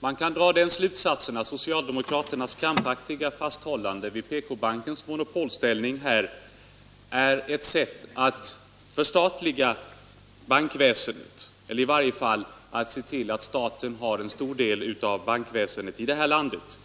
Man kan dra den slutsatsen att socialdemokraternas krampaktiga fasthållande vid PK-bankens monopolställning är ett sätt att förstatliga bankväsendet, eller i varje fall ett sätt att se till att staten har en stor del av bankväsendet i det här landet.